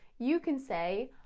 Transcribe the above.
you can say,